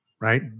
right